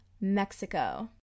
Mexico